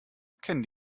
kennen